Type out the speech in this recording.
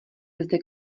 zde